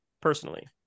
personally